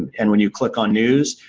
and when you click on news,